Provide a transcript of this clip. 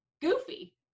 Goofy